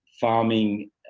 farming